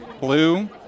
blue